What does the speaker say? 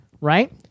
Right